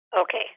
Okay